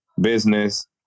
business